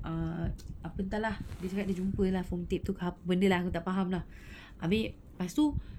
err apa entah lah dia cakap dia jumpa lah phone tip ke apa benda lah tak faham lah habis lepas tu